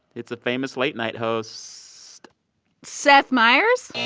it's a famous late night host seth meyers?